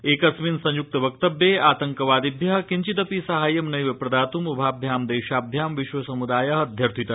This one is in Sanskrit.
एकस्मिन् संयुक्त वक्तव्ये आतंकवादिभ्य किव्चिदपि साहाय्य नैव प्रदातम् उभाभ्यां देशाभ्यां विश्वसमुदाय अध्यर्थित